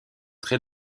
très